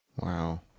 Wow